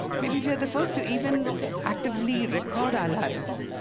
maybe we are the first to even actively record our lives.